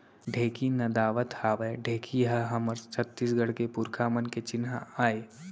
ढेंकी नदावत हावय ढेंकी ह हमर छत्तीसगढ़ के पुरखा मन के चिन्हा आय